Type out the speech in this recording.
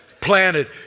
planted